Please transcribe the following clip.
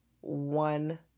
one